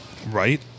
Right